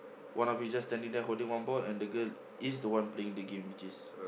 one of which is just standing there holding one ball and the girl is the one playing the game which is